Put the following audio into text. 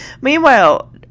Meanwhile